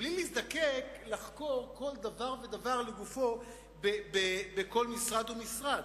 מבלי להזדקק לחקור כל דבר ודבר לגופו בכל משרד ומשרד.